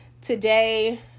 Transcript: today